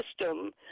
system